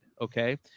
okay